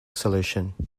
solution